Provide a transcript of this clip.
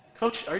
coach,